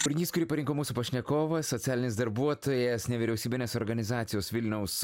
kūrinys kurį parinko mūsų pašnekovas socialinis darbuotojas nevyriausybinės organizacijos vilniaus